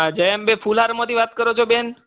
જય અંબે ફુલહારમાંથી વાત કરો છો બેન